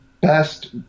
best